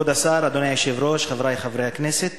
כבוד השר, אדוני היושב-ראש, חברי חברי הכנסת,